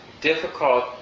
difficult